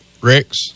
Rex